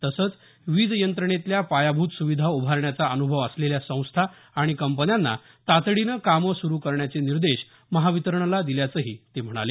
तसंच वीज यंत्रणेतल्या पायाभूत सुविधा उभारण्याचा अनुभव असलेल्या संस्था आणि कंपन्यांना तातडीने काम सुरू करण्याचे निर्देश महावितरणला दिल्याचंही ते म्हणाले